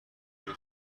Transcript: جدول